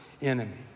enemy